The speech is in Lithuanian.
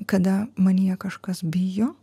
kada manyje kažkas bijo